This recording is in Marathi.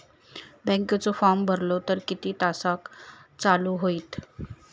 बँकेचो फार्म भरलो तर किती तासाक चालू होईत?